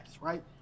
right